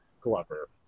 Glover